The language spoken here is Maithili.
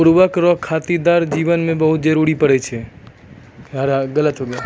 उर्वरक रो खेतीहर जीवन मे बहुत जरुरी पड़ै छै